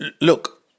look